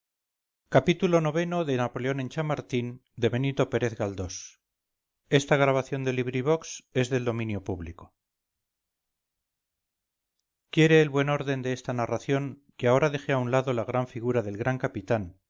xxvii xxviii xxix napoleón en chamartín de benito pérez galdós quiere el buen orden de esta narración que ahora deje a un lado la gran figura del gran capitán